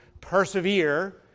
persevere